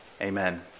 Amen